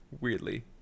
weirdly